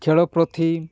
ଖେଳ ପ୍ରତି